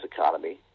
economy